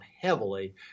heavily